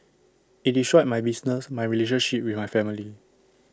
IT destroyed my business my relationship with my family